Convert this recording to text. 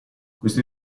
questo